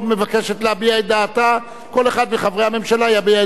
כל אחד מחברי הממשלה יביע את דעתו באמצעות הצבעתו.